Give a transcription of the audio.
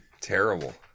Terrible